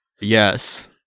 Yes